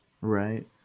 Right